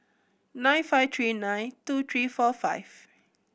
nine five three nine two three four five